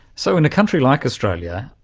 so in a country like australia,